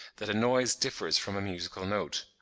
that a noise differs from a musical note.